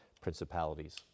principalities